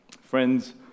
Friends